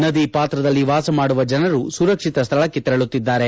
ನದಿ ಪಾತ್ರದಲ್ಲಿ ವಾಸ ಮಾಡುವ ಜನರು ಸುರಕ್ಷಿತ ಸ್ಥಳಕ್ಕೆ ತೆರಳುತ್ತಿದ್ದಾರೆ